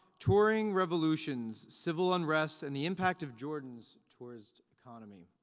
touring revolutions civil unrest and the impact of jordan's tourist economy.